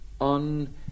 on